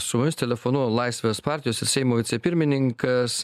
su mumis telefonu laisvės partijos ir seimo vicepirmininkas